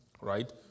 Right